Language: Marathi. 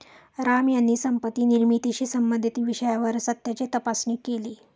राम यांनी संपत्ती निर्मितीशी संबंधित विषयावर सत्याची तपासणी केली